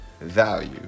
value